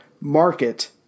market